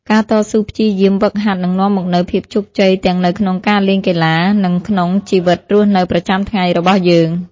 ការតស៊ូព្យាយាមហ្វឹកហាត់នឹងនាំមកនូវភាពជោគជ័យទាំងនៅក្នុងការលេងកីឡា និងក្នុងជីវិតរស់នៅប្រចាំថ្ងៃរបស់យើង។